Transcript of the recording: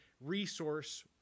resource